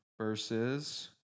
versus